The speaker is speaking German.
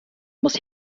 muss